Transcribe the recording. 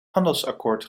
handelsakkoord